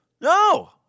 No